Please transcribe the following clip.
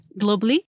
globally